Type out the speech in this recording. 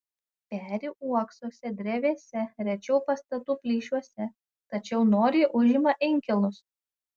peri uoksuose drevėse rečiau pastatų plyšiuose tačiau noriai užima inkilus